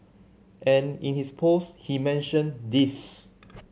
and in his post he mentioned this